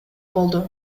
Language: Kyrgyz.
болду